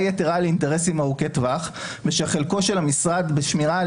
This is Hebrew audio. יתרה על אינטרסים ארוכי טווח ושחלקו של המשרד בשמירה על